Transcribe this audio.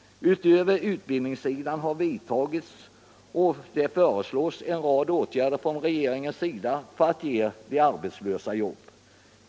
Utöver utbildningssidan har vidtagits och föreslås en rad åtgärder från regeringens sida för att ge de arbetslösa jobb.